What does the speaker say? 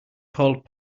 called